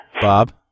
Bob